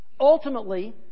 ultimately